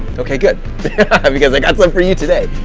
okay, good because i got some for you today.